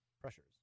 pressures